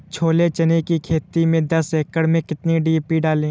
छोले चने की खेती में दस एकड़ में कितनी डी.पी डालें?